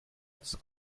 its